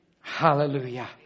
Hallelujah